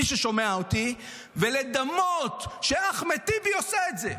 מי ששומע אותי, ולדמות שאחמד טיבי עושה את זה.